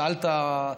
שאלת,